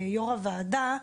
יושב ראש הוועדה,